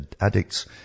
addicts